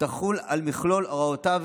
תחול על מכלול הוראותיו,